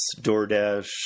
DoorDash